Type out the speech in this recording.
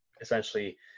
essentially